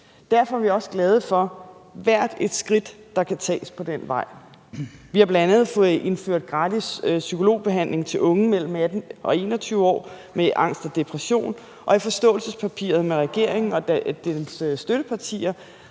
Derfor er vi også glade for hvert et skridt, der kan tages på den vej. Vi har bl.a. fået indført gratis psykologbehandling til unge mellem 18 år og 21 år med angst og depression, og i forståelsespapiret mellem regeringen og dens støttepartier